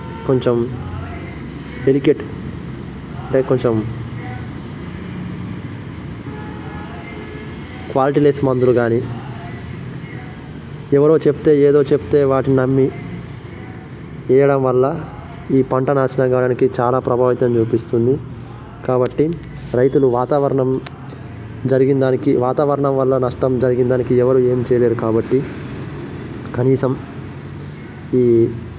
కొంచెం delicate like కొంచెం quality less మందులు కాని ఎవరో చెప్తే ఏదో చెప్తే వాటిని నమ్మి వేయడం వల్ల ఈ పంట నాశనం కావడానికి చాలా ప్రభావితం చూపిస్తుంది కాబట్టి రైతులు వాతావరణం జరిగినదానికి వాతావరణం వల్ల నష్టం జరిగినదానికి ఎవరు ఏం చేయలేరు కాబట్టి కనీసం ఈ